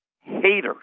haters